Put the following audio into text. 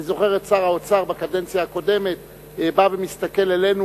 אני זוכר את שר האוצר בקדנציה הקודמת בא ומסתכל עלינו